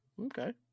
Okay